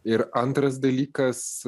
ir antras dalykas